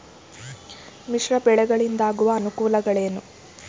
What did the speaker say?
ಮಿಶ್ರ ಬೆಳೆಗಳಿಂದಾಗುವ ಅನುಕೂಲಗಳೇನು?